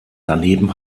daneben